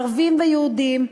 ערבים ויהודים,